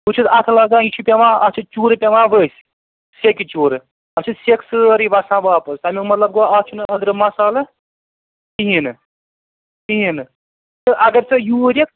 بہٕ چھُس اَتھٕ لاگان یہِ چھُ پٮ۪وان اَتھ چھُ چوٗرٕ پٮ۪وان ؤسۍ سیٚکِہ چوٗرٕ اَتھ چھِ سیٚکھ سٲرٕے وسان واپس تمیُک مطلب گوٚو اَتھ چھُنہٕ أندرٕ مصالہٕ کِہیٖنٛۍ نہٕ کِہیٖنٛۍ نہٕ تہٕ اَگر ژٕ یوٗرۍ یِکھ